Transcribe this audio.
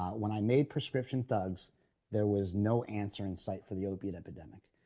when i made prescription thugs there was no answer in sight for the opiate epidemic,